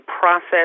process